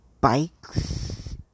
bikes